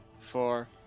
four